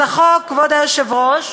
אז החוק, כבוד היושב-ראש,